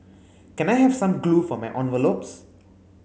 can I have some glue for my envelopes